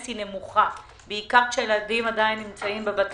ושוב אנו מדברים על קבוצה מאוד קטנה שנפלה בין